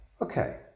Okay